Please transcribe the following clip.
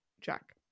Jack